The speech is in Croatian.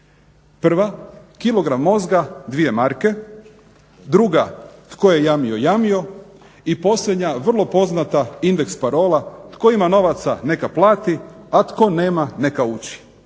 Prva "kilogram mozga dvije marke", druga "tko je jamio, jamio" i posljednja vrlo poznata Indeks parola "tko ima novaca neka plati, a tko nema neka uči."